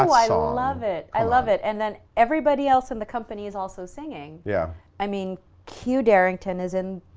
um i love it. i love it, and then everybody else and the company is also singing. yeah i mean q darrington is in